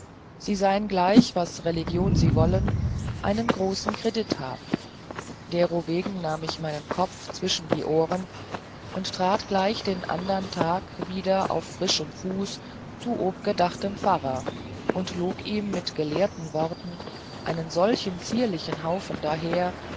sie sein gleich was religion sie wollen einen großen kredit haben derowegen nahm ich meinen kopf zwischen die ohren und trat gleich den andern tag wieder auf frischem fuß zu obgedachtem pfarrer und log ihm mit gelehrten worten einen solchen zierlichen haufen daher